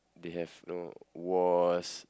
they have know wars